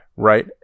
right